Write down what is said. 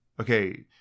okay